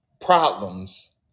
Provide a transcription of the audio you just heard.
problems